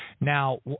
Now